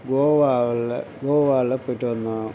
கோவாவில் கோவால்லாம் போயிட்டு வந்தோம்